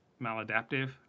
maladaptive